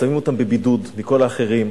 שמים אותם בבידוד מכל האחרים,